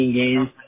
games